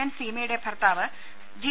N സീമയുടെ ഭർത്താവ് G